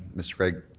mr. craig,